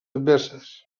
adverses